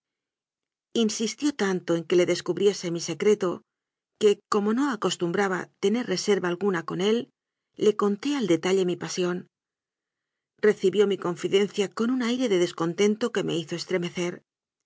insistió tanto en que le descubriese mi secreto que como no acostumbraba tener reserva alguna con él le conté al detalle mi pasión recibió mi confidencia común aire de descontento que me hizo estremecer